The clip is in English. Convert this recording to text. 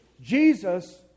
Jesus